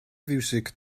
fiwsig